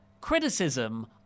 criticism